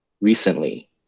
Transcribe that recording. recently